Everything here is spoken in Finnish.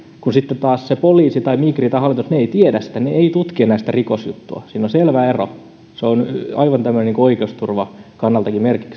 kun sitten taas se poliisi tai migri tai hallinto oikeus ei tiedä sitä ne eivät tutki enää sitä rikosjuttua siinä on selvä ero se on aivan tämmöinen oikeusturvan kannaltakin